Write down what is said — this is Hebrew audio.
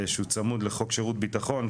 שהוא צמוד לחוק שירות ביטחון,